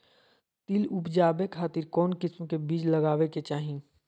तिल उबजाबे खातिर कौन किस्म के बीज लगावे के चाही?